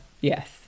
Yes